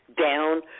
down